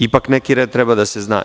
Ipak neki red treba da se zna.